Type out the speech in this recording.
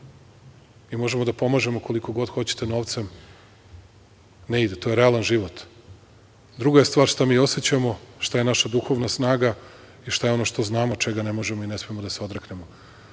i možemo da pomažemo koliko god hoćete novcem, ne ide, to je realan život. Druga je stvar šta mi osećamo, šta je naša duhovna snaga i šta je ono što znamo čega ne možemo i ne smemo da se odreknemo,